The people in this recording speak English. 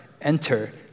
enter